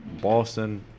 Boston